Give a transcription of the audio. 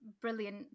brilliant